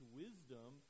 wisdom